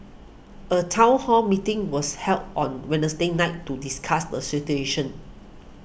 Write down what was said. a town hall meeting was held on Wednesday night to discuss the situation